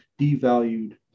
devalued